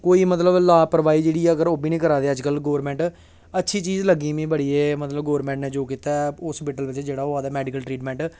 कोई मतलब लापरवाही जेकर ओह् बी निं करै दी अज्जकल गौरमैंट अच्छी चीज लग्गी मी बड़ी एह् मतलब गौरमैंट ने जो कीता ऐ होस्पिटल बिच्च जेह्ड़ा होआ दा मैडिकल ट्रीटमैंट